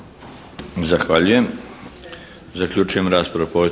Zahvaljujem. Zaključujem raspravu